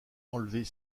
enlever